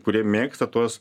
kurie mėgsta tuos